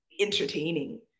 entertaining